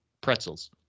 pretzels